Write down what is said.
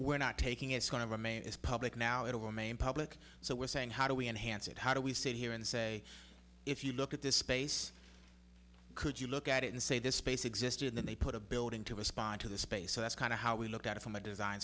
ere not taking it's going to remain is public now at a woman in public so we're saying how do we enhance it how do we sit here and say if you look at this space could you look at it and say this space existed then they put a building to respond to the space so that's kind of how we look at it from a design